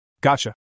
Gotcha